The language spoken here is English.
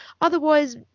Otherwise